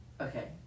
okay